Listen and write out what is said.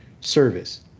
service